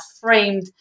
framed